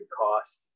cost